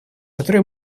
которую